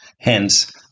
hence